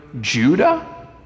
Judah